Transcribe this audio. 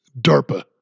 DARPA